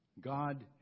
God